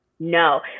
No